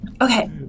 Okay